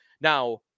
Now